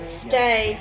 stay